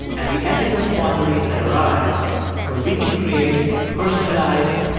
and the ethical quandaries that arise when we can create personalized,